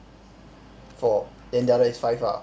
four then the other is five lah